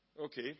Okay